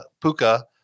Puka